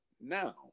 now